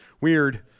weird